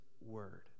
Word